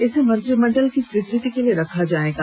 इसे मंत्रिमंडल की स्वीकृति के लिए रखा जाएगा